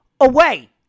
away